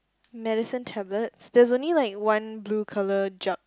medicine tablets there's only like one blue colour jug